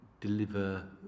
deliver